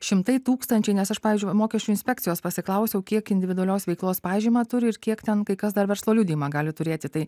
šimtai tūkstančių nes aš pavyzdžiui mokesčių inspekcijos pasiklausiau kiek individualios veiklos pažymą turi ir kiek ten kai kas dar verslo liudijimą gali turėti tai